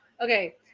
Okay